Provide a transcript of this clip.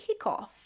kickoff